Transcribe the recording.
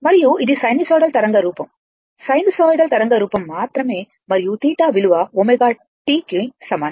మరియు ఇది సైనోసోయిడల్ తరంగ రూపం సైనూసోయిడల్ తరంగ రూపం మాత్రమే మరియు θ విలువ ωt కు సమానం